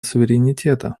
суверенитета